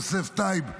יוסף טייב,